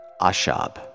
Ashab